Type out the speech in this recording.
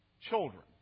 children